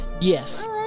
Yes